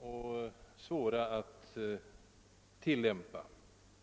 och svåra att bestämma rent innehållsmässigt.